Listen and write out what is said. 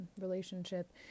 relationship